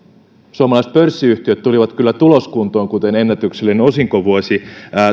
suomalaiset pörssiyhtiöt tulivat kyllä tuloskuntoon kuten ennätyksellinen osinkovuosi